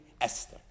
Esther